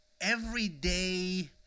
everyday